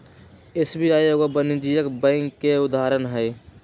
SBI एगो वाणिज्यिक bank के उदाहरण हइ